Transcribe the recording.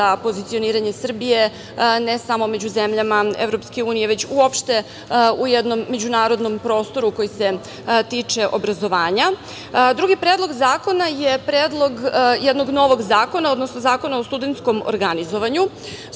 pozicioniranje Srbije, ne samo među zemljama EU, već uopšte u jednom međunarodnom prostoru koji se tiče obrazovanja. Drugi Predlog zakona je predlog jednog novog zakona, odnosno Zakona o studentskom organizovanju.